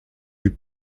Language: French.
eut